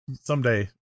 someday